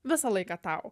visą laiką tau